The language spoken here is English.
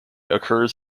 occurs